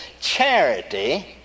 Charity